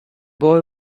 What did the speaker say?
boy